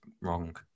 wrong